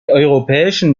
europäischen